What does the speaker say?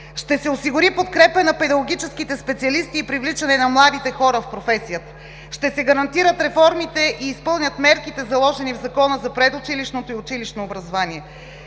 Ще се осигури подкрепа на педагогическите специалисти и привличане на младите хора в професията; ще се гарантират реформите и изпълнят мерките, заложени в Закона за предучилищното и училищно образование;